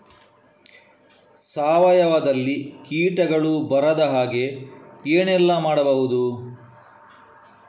ಸಾವಯವದಲ್ಲಿ ಕೀಟಗಳು ಬರದ ಹಾಗೆ ಏನೆಲ್ಲ ಮಾಡಬಹುದು?